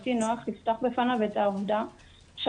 שהרגשתי נוח לפתוח בפניו את העובדה שאני